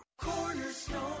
cornerstone